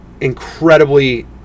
incredibly